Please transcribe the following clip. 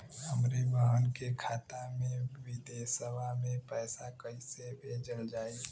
हमरे बहन के खाता मे विदेशवा मे पैसा कई से भेजल जाई?